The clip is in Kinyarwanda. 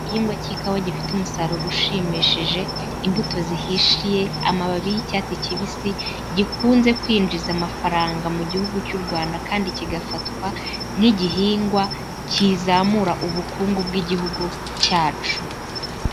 Igihingwa cy'ikawa gifite umusaruro ushimishije, imbuto zihishiye, amababi y'icyatsi kibisi, gikunze kwinjiza amafaranga mu gihugu cy'u Rwanda kandi kigafatwa nk'igihingwa kizamura ubukungu bw'igihugu cyacu.